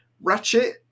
ratchet